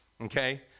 okay